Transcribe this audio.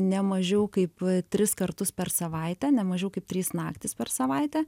ne mažiau kaip tris kartus per savaitę ne mažiau kaip trys naktys per savaitę